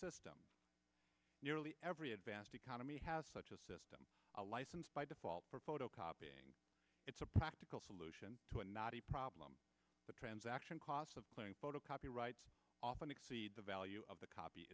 system nearly every advanced economy has such a system a license by default for photocopying it's a practical solution to a knotty problem the transaction costs of clearing photocopy rights often exceed the value of the copy